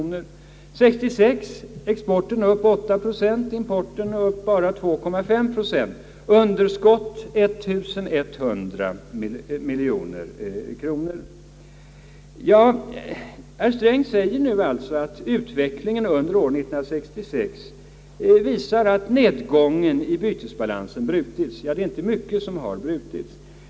1966 gick exporten upp 8 procent och importen bara 2,5 procent: underskott 1100 miljoner kronor, Herr Sträng säger nu att utvecklingen under år 1966 visar att nedgången i bytesbalansen brutits. Ja, det är möjligt, jag hoppas herr Sträng har rätt.